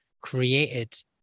created